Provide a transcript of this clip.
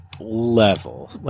level